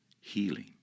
healing